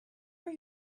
were